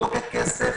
לא ככסף,